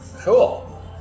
cool